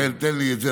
תן לי את זה,